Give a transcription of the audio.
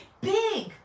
Big